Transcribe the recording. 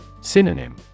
Synonym